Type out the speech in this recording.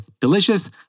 delicious